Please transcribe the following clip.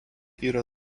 yra